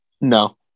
No